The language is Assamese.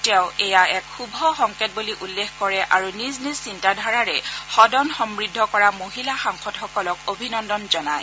তেওঁ এয়া এক শুভ সংকেত বুলি উল্লেখ কৰে আৰু নিজ নিজ চিন্তাধাৰাৰে সদন সমদ্ধ কৰা মহিলা সাংসদসকলক অভিনন্দন জনায়